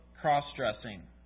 cross-dressing